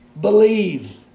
Believe